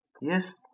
Yes